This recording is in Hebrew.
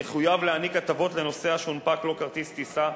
יחויב להעניק הטבות לנוסע שהונפק לו כרטיס טיסה,